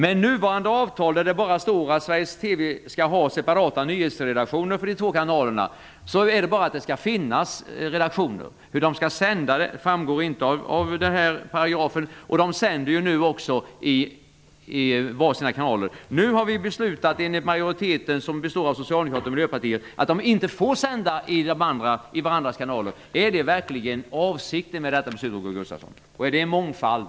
I nuvarande avtal står det bara att Sveriges Television skall ha separata nyhetsredaktioner för de två kanalerna. Det innebär bara att det skall finnas redaktioner. Hur de skall sända framgår inte av den här paragrafen. De sänder nu i varsin kanal. Nu har vi beslutat enligt majoriteten, som består av Socialdemokraterna och Miljöpartiet, att de inte får sända i varandras kanaler. Är det verkligen avsikten med detta förslag, Åke Gustavsson? Är det mångfald?